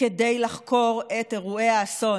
כדי לחקור את אירועי האסון.